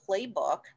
playbook